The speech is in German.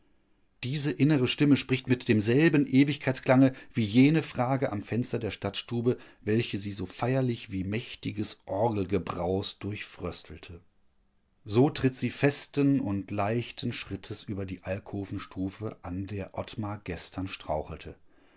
diese innere stimme spricht mit demselben ewigkeitsklange wie jene frage am fenster der stadtstube welche sie so feierlich wie mächtiges orgelgebraus durchfröstelte so tritt sie festen und leichten schrittes über die alkovenstufe an der ottmar gestern strauchelte